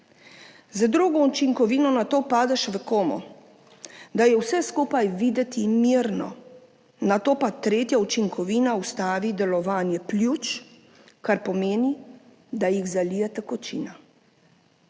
Z drugo učinkovino nato padeš v komo, da je vse skupaj videti mirno, nato pa tretja učinkovina ustavi delovanje pljuč, kar pomeni, da jih zalije tekočina.